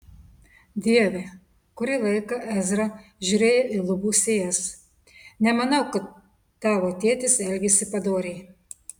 dieve kurį laiką ezra žiūrėjo į lubų sijas nemanau kad tavo tėtis elgėsi padoriai